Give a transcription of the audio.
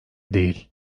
değil